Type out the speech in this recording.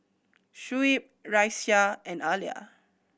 Shuib Raisya and Alya